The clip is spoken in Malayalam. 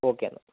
ഓക്കെ എന്നാൽ